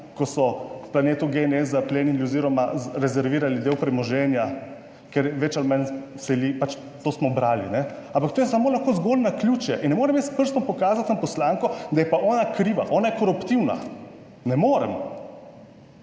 ko so Planetu gene zaplenili oz. rezervirali del premoženja, ker več ali manj seli, pač, to smo brali, a ne, ampak to je samo lahko zgolj naključje in ne morem jaz s prstom pokazati na poslanko, da je pa ona kriva, ona je koruptivna. Ne moremo,